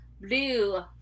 blue